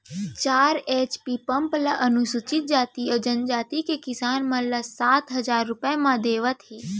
चार HP pump ल अनुसूचित जाति अउ जनजाति के किसान मन ल सात हजार रूपिया म देवत हे